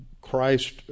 Christ